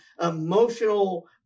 emotional